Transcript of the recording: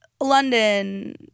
London